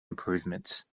improvements